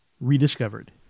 rediscovered